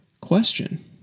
question